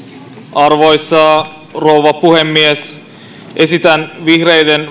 arvoisa rouva puhemies esitän vihreiden